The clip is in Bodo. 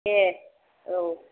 दे औ